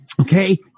Okay